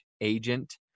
agent